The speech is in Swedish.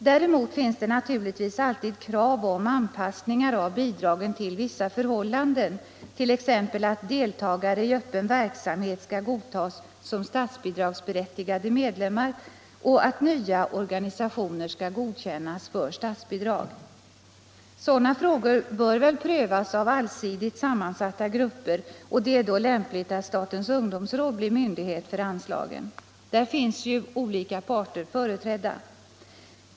Däremot finns det naturligtvis alltid krav på anpassningar av bidragen till vissa förhållanden, t.ex. att deltagare i öppen verksamhet skall godtas som ”statsbidragsberättigade” medlemmar och att nya organisationer skall godkännas för statsbidrag. Sådana frågor bör väl prövas av allsidigt sammansatta grupper, och det är då lämpligt att statens ungdomsråd blir myndighet för anslagen. Där finns ju olika parter företrädda.